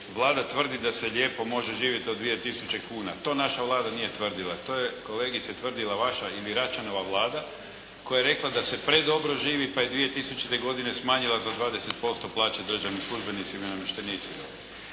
Vlada tvrdi da se lijepo može živjeti od 2 tisuće kuna. to naša Vlada nije tvrdila. To je, kolegice, tvrdila vaša ili Račanova Vlada koja je rekla da se predobro živi, pa je 2000. godine smanjila za 20% plaće državnim službenicima i namještenicima.